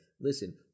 listen